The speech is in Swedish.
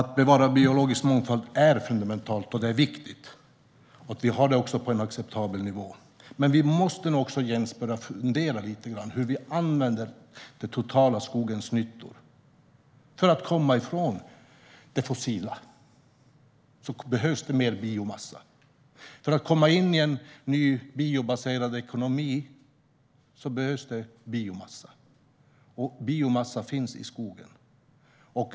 Att bevara biologisk mångfald är fundamentalt, och det är viktigt att vi har det på en acceptabel nivå. Men vi måste nog också börja fundera lite, Jens, på hur vi använder skogens totala nyttor. För att vi ska komma ifrån det fossila behövs det mer biomassa. För att komma in i en ny biobaserad ekonomi behövs det biomassa. Och biomassa finns i skogen.